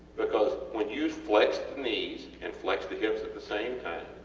because when you flex the knees and flex the hips at the same time,